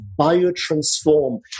biotransform